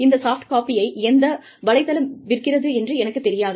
இதன் சாஃப்ட்காபியை எந்த வலைத்தளம் விற்கிறது என்று எனக்குத் தெரியாது